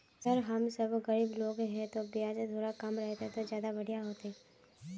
sir हम सब गरीब लोग है तो बियाज थोड़ा कम रहते तो ज्यदा बढ़िया होते